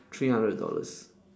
three hundred dollars